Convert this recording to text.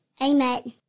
Amen